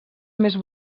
més